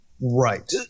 Right